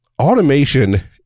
automation